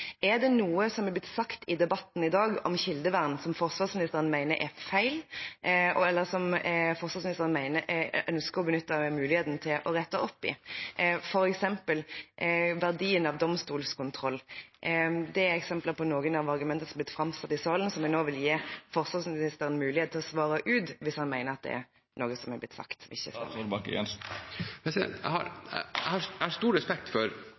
Er det noe som har blitt sagt i debatten i dag om kildevern, som forsvarsministeren mener er feil, eller som han ønsker å benytte muligheten til å rette opp i, f.eks. når det gjelder verdien av domstolskontroll? Det er et eksempel på noen av de argumentene som har blitt framsatt i salen, og som jeg nå vil gi forsvarsministeren mulighet til å svare ut, hvis han mener at det er noe som har blitt sagt, som ikke stemmer. Jeg har